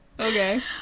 Okay